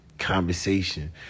conversation